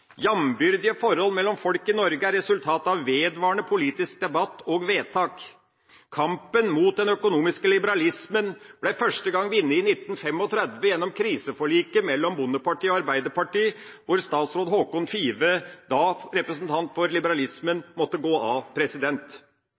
Jambyrdige forhold mellom folk i Norge er resultat av vedvarende politisk debatt og vedtak. Kampen mot den økonomiske liberalismen ble første gang vunnet i 1935, gjennom kriseforliket mellom Bondepartiet og Arbeiderpartiet, da statsråd Håkon Five, representant for liberalismen, måtte gå av.